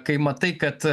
kai matai kad